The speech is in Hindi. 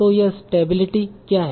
तो यह स्टेबिलिटी क्या है